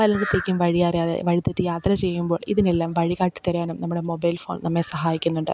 പലയിടത്തേക്കും വഴിയറിയാതെ വഴി തെറ്റി യാത്ര ചെയ്യുമ്പോൾ ഇതിനെല്ലാം വഴികാട്ടി തരാനും നമ്മളെ മൊബൈൽ ഫോൺ നമ്മളെ സഹായിക്കുന്നുണ്ട്